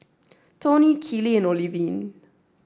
Toni Keely and Olivine